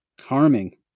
harming